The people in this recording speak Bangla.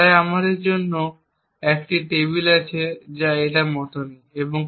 তাই আমাদের এখানে একটি টেবিল আছে এই মত এবং তাই